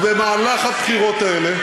ובמהלך הבחירות האלה,